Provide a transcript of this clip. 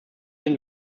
den